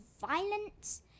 violence